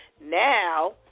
now